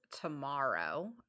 tomorrow